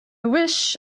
wish